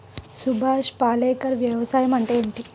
సుభాష్ పాలేకర్ వ్యవసాయం అంటే ఏమిటీ?